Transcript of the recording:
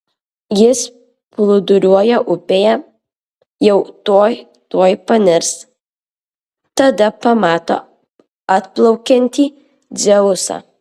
jis plūduriuoja upėje jau tuoj tuoj panirs tada pamato atplaukiantį dzeusą